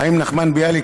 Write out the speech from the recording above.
חיים נחמן ביאליק,